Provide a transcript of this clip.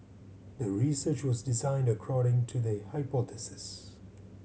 the research was designed according to the hypothesis